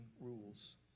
rules